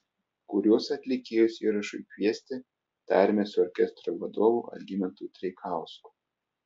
kuriuos atlikėjus įrašui kviesti tarėmės su orkestro vadovu algimantu treikausku